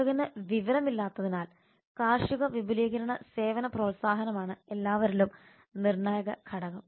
കർഷകന് വിവരമില്ലാത്തതിനാൽ കാർഷിക വിപുലീകരണ സേവന പ്രോത്സാഹനമാണ് എല്ലാവരിലും നിർണായക ഘടകം